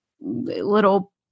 little